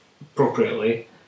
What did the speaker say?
appropriately